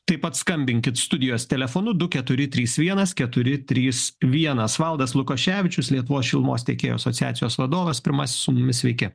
taip pat skambinkit studijos telefonu du keturi trys vienas keturi trys vienas valdas lukoševičius lietuvos šilumos tiekėjų asociacijos vadovas pirmasis su mumis sveiki